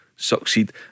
succeed